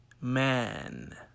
Man